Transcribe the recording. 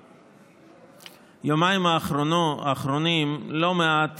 נשמעות ביומיים האחרונים לא מעט